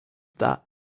that